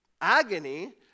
agony